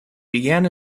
began